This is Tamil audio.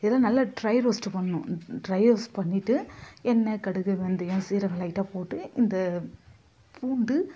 இதெல்லாம் நல்ல ட்ரை ரோஸ்ட்டு பண்ணணும் ட்ரை ரோஸ்ட் பண்ணிவிட்டு எண்ணெய் கடுகு வெந்தயம் சீரகம் லைட்டாக போட்டு இந்த பூண்டு